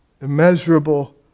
immeasurable